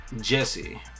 Jesse